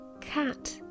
cat